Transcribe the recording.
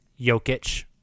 Jokic